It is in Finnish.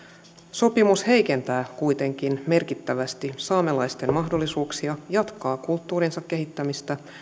sopimus heikentää kuitenkin merkittävästi saamelaisten mahdollisuuksia jatkaa kulttuurinsa kehittämistä